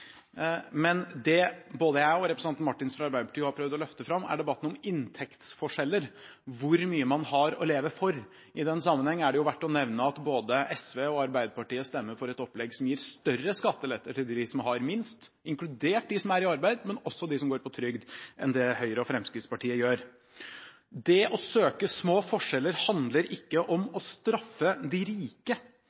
Men det både jeg og representanten Marthinsen fra Arbeiderpartiet har prøvd å løfte fram, er debatten om inntektsforskjeller, hvor mye man har å leve for. I den sammenheng er det verdt å nevne at både SV og Arbeiderpartiet stemmer for et opplegg som gir større skattelette til dem som har minst, inkludert de som er i arbeid, men også de som går på trygd, enn det Høyre og Fremskrittspartiet gjør. Det å søke små forskjeller handler ikke om å straffe de rike